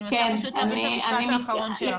אני מנסה להבין את המשפט האחרון שלך.